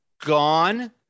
Gone